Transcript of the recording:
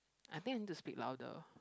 I think I need to speak louder